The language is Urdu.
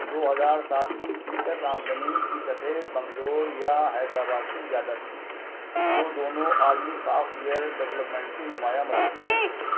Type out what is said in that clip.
دو ہزار سات کی فی کس آمدنی کی سطح بنگلور یا حیدرآباد سے زیادہ تھی جو دونوں عالمی سافٹ ویئر ڈیولپمنٹ کے نمایاں مراکز ہیں